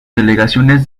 delegaciones